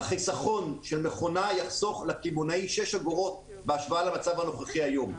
החיסכון של מכונה יחסוך לקמעונאי שש אגורות בהשוואה למצב הנוכחי היום.